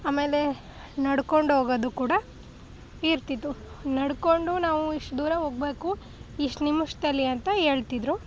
ಆಮೇಲೆ ನಡ್ಕೊಂಡು ಹೋಗೋದು ಕೂಡ ಇರ್ತಿತ್ತು ನಡ್ಕೊಂಡು ನಾವು ಇಷ್ಟು ದೂರ ಹೋಗ್ಬೇಕು ಇಷ್ಟು ನಿಮಿಷದಲ್ಲಿ ಅಂತ ಹೇಳ್ತಿದ್ರು